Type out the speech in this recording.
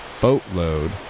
boatload